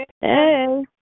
Hey